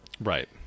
Right